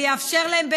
ויאפשר להן,